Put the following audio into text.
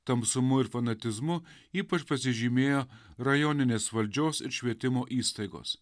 tamsumu ir fanatizmu ypač pasižymėjo rajoninės valdžios ir švietimo įstaigos